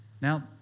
Now